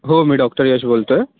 हो मी डॉक्टर यश बोलतो आहे